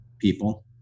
people